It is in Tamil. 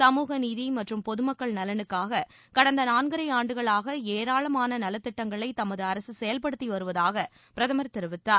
சமூகநீதி மற்றும் பொதுமக்கள் நலனுக்காக கடந்த நான்கரை ஆண்டுகளாக ஏராளமான நலத் திட்டங்களை தமது அரசு செயல்படுத்தி வருவதாக பிரதமர் தெரிவித்தார்